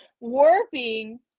warping